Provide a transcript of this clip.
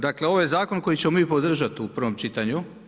Dakle, ovo je zakon koji ćemo mi podržati u prvom čitanju.